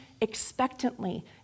expectantly